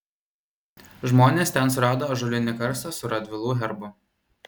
žmonės ten surado ąžuolinį karstą su radvilų herbu